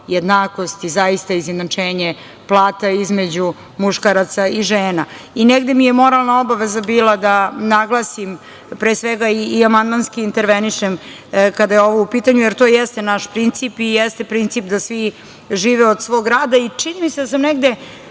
jednakost i zaista izjednačenje plata između muškaraca i žena. Negde mi je moralna obaveza bila da naglasim, pre svega, i amandmanski intervenišem, kada je ovo u pitanju, jer to jeste naš princip, i jeste princip da svi žive od svog rada, i čini mi se, da sam negde